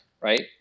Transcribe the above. right